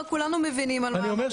כולנו מבינים על מה מדובר.